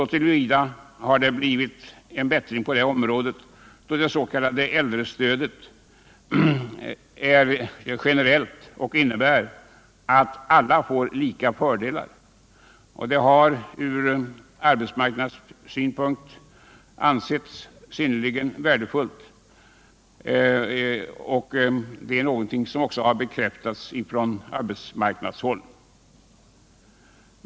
På det området har det blivit en bättring, då det s.k. äldrestödet är generellt och innebär att alla får samma fördelar. Det har från arbetsmarknadssynpunkt ansetts synnerligen värdefullt — det har också bekräftats från arbetsmarknadshåll.